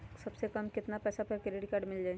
सबसे कम कतना पैसा पर क्रेडिट काड मिल जाई?